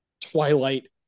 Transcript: Twilight